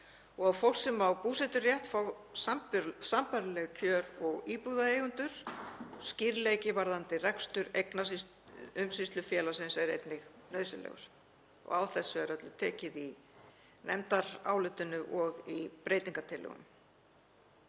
fólk sem á búseturétt fái sambærileg kjör og íbúðareigendur. Skýrleiki varðandi rekstur eignaumsýslufélagsins er einnig nauðsynlegur. Á þessu er öllu tekið í nefndarálitinu og í breytingartillögunum.